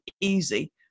easy